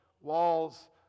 walls